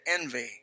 envy